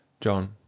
john